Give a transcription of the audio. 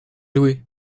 loué